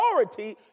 authority